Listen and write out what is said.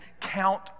count